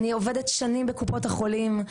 אני עובדת שנים בקופות החולים.